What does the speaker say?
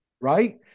Right